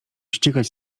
ścigać